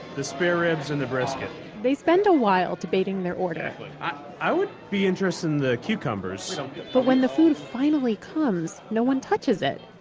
the spare ribs and the brisket they spend a while debating their order i would be interested in the cucumbers so but when the food finally comes, no one touches it.